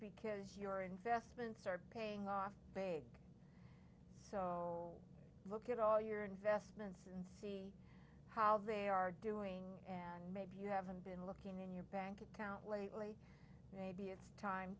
because your investments are paying off big so look at all your investments and see how they are doing and maybe you haven't been looking in your bank account lately b it's time